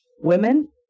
Women